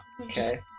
Okay